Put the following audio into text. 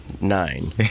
Nine